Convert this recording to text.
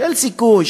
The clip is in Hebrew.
של "סיכוי",